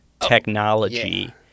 technology